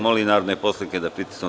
Molim narodne poslanike da pritisnu